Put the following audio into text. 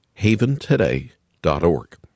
HavenToday.org